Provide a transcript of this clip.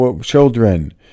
children